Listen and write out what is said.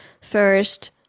first